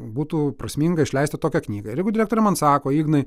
būtų prasminga išleisti tokią knygą ir jeigu direktorė man sako ignai